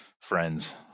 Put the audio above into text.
friends